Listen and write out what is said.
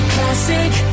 Classic